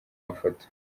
mafoto